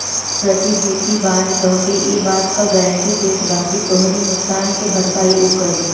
प्रतिभूति बांड तोहके इ बात कअ गारंटी देत बाकि तोहरी नुकसान कअ भरपाई उ करी